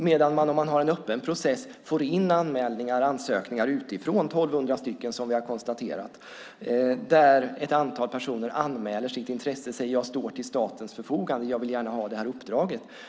Har man däremot en öppen process får man in anmälningar och ansökningar utifrån, 1 200 stycken som vi har konstaterat, där ett antal personer anmäler sitt intresse och säger att de står till statens förfogande och gärna vill ha uppdraget.